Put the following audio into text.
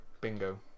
bingo